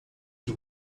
que